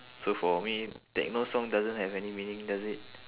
so for me techno song doesn't have any meaning does it